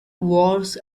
wars